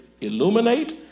illuminate